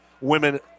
women